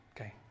Okay